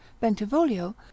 bentivoglio